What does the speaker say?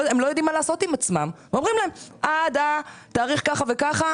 אומרים להם שעד תאריך זה וזה,